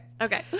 Okay